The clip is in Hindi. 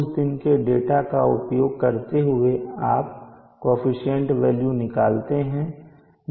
उस दिन के डाटा का उपयोग करते हुए आप कोअफिशन्ट वेल्यू निकालते हैं